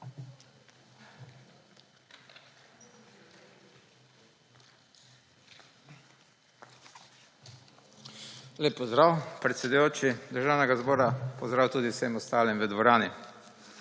Lep pozdrav, predsedujoči Državnega zbora, pozdrav tudi vsem ostalim v dvorani!